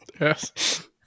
Yes